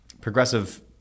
Progressive